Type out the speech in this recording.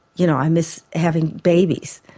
you know i miss having babies,